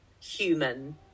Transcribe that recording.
human